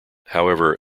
however